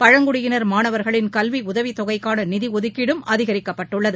பழங்குடியினர் மாணவர்களின் கல்விஉதவித்தொகைக்கானநிதிஒதுக்கீடும் அதிகரிக்கப்பட்டுள்ளது